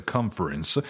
Conference